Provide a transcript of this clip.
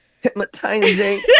hypnotizing